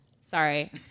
sorry